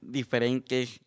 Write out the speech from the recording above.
Diferentes